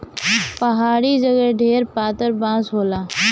पहाड़ी जगे ढेर पातर बाँस होला